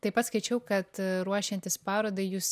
taip pat skaičiau kad ruošiantis parodai jus